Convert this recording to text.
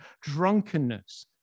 Drunkenness